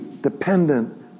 dependent